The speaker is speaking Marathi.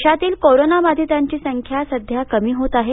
देशातील कोरोनाबाधितांची संख्या सध्या कमी होत आहे